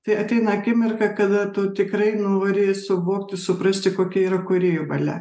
tai ateina akimirka kada tu tikrai nori suvokti suprasti kokia yra kūrėjo valia